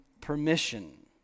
permission